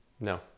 no